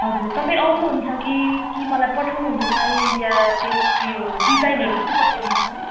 हजुर तपाईँ आउनुहुन्छ कि कि मलाई पठाउनुहुन्छ साइज या त्यो उयो डिजाइनहरू पनि पठाइदिन्छु